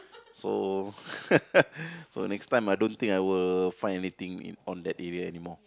so so next time I don't think I will find anything in on that area anymore